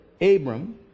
Abram